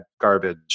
garbage